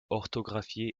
orthographié